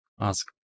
ask